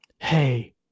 Hey